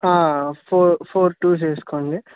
four four twos వేసుకోండి